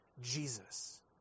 Jesus